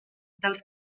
dels